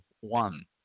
one